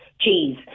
cheese